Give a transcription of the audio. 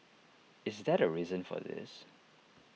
is that A reason for this